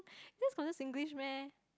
this counted Singlish meh